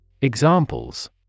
Examples